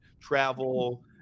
Travel